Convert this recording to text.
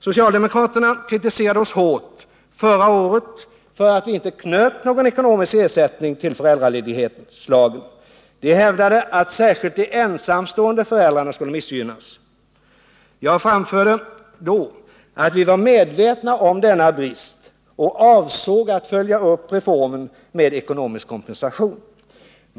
Socialdemokraterna kritiserade oss hårt förra året för att vi inte knöt någon ekonomisk ersättning till föräldraledighetslagen. De hävdade att särskilt de ensamstående föräldrarna skulle missgynnas. Jag framförde då att vi var medvetna om denna brist och avsåg att följa upp reformen med ekonomisk kompensation.